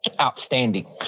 outstanding